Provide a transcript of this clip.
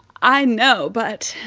i know, but.